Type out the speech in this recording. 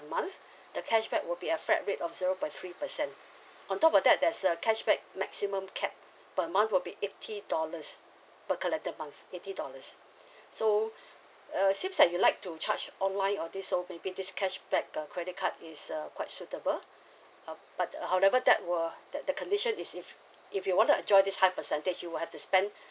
month the cashback would be a flat rate of zero point three percent on top of that there's a cashback maximum cap per month will be eighty dollars per collected months eighty dollars so uh since that you like to charge online on this so maybe this cashback uh credit card is uh quite suitable um but however that were that the condition is if if you want to enjoy this high percentage you will have to spend